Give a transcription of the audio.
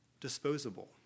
disposable